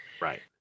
Right